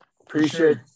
Appreciate